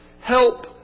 help